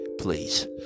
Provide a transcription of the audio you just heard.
please